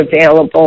available